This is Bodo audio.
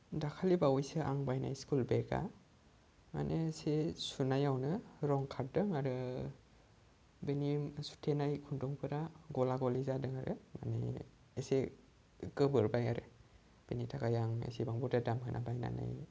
दाखालि बावैसो आं बायनाय स्कुल बेगा माने एसे सुनायावनो रं खारदों आरो बेनि सुथेनाय खुन्दुंफोरा गला गलि जादों आरो एसे गोमोरबाय आरो बेनि थाखाय आङो एसेबां बुरजा दाम होना बायनानै